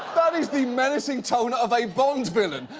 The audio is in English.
that is the menacing tone of a bond villain,